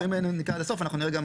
אנחנו אם נקרא עד הסוף אנחנו נראה גם